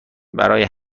برای